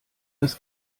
das